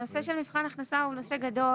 הנושא של מבחן הכנסה הוא נושא גדול.